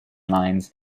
lines